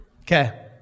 Okay